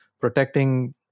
protecting